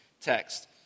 text